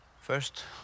First